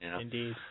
Indeed